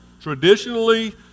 Traditionally